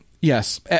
Yes